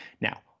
Now